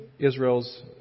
Israel's